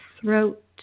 throat